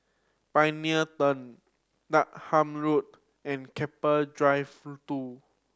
Pioneer Turn Dahan Road and Keppel Drive Two